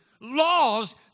laws